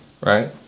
right